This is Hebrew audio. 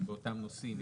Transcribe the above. באותם נושאים?